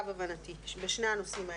בשני הנושאים האלה.